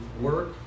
work